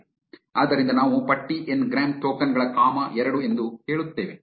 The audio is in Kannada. ಆದ್ದರಿಂದ ನಾವು ಪಟ್ಟಿ ಎನ್ ಗ್ರಾಂ ಟೋಕನ್ ಗಳ ಕಾಮಾ ಎರಡು ಎಂದು ಹೇಳುತ್ತೇವೆ